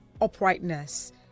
uprightness